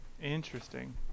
interesting